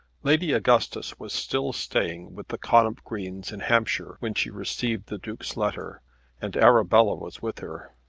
lady augustus was still staying with the connop greens in hampshire when she received the duke's letter and arabella was with her.